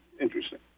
interesting